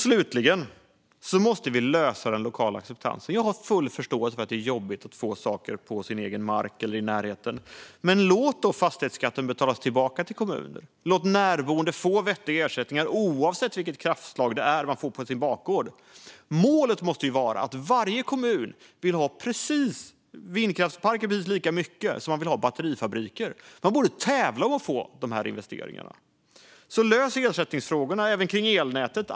Slutligen måste vi öka den lokala acceptansen. Jag har jag full förståelse för att det är jobbigt att få saker på sin egen mark eller i närheten. Låt därför fastighetsskatten gå tillbaka till kommunen. Låt närboende få vettig ersättning oavsett vilket kraftslag de får på sin bakgård. Målet måste vara att varje kommun vill ha vindkraftsparker precis lika mycket som batterifabriker. De borde tävla om att få dessa investeringar. Lös ersättningsfrågan även för elnätet!